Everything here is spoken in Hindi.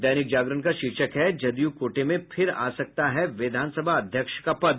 दैनिक जागरण का शीर्षक है जदयू कोटे में फिर आ सकता है विधानसभा अध्यक्ष का पद